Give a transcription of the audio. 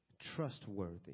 Trustworthy